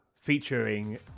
featuring